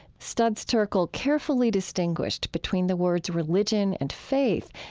studs terkel carefully distinguished between the words religion and faith,